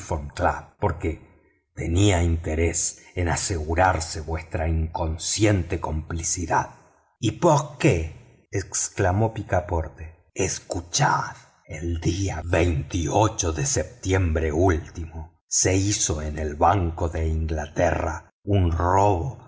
porque tenía interés en asegurarse vuestra inconsciente complicidad y por qué exclamó picaporte escuchad el día de septiembre último se hizo en el banco de inglaterra un robo